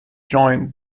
joined